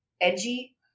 edgy